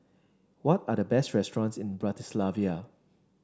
what are the best restaurants in Bratislava